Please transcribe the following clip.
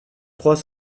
trois